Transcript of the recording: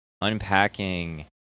unpacking